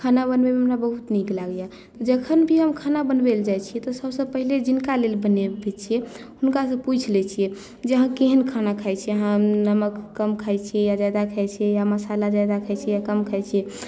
खाना बनबैमे हमरा बहुत नीक लागैए जखन भी हम खाना बनबय लेल जाइत छी तऽ सभसँ पहिने जिनका लेल बनबैत छियै हुनकासँ पूछि लैत छियै जे अहाँ केहन खाना खाइत छी अहाँ नमक कम खाइत छी या ज्यादा खाइत छी या मसाला ज्यादा खाइत छी या कम खाइत छी